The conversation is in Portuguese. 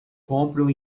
compram